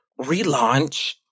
relaunch